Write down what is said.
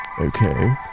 Okay